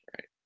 Right